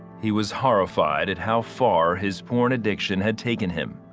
he was horrified at how far his porn addiction had taken him.